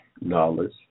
knowledge